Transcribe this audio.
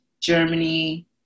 Germany